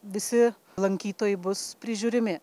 visi lankytojai bus prižiūrimi